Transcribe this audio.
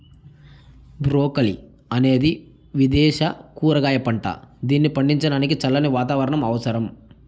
broccoli అనేది విదేశ కూరగాయ పంట, దీనిని పండించడానికి చల్లని వాతావరణం అవసరం